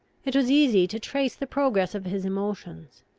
it was easy to trace the progress of his emotions.